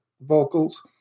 vocals